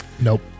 Nope